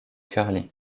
curling